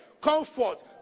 comfort